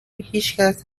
هیچکس